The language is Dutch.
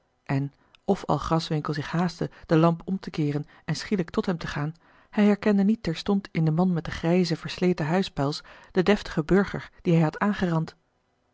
en of al graswinckel zich haastte den lamp om te keeren en schielijk tot hem te gaan hij herkende niet terstond in den man met den grijzen versleten huispels den deftigen burger dien hij had aangerand